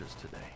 today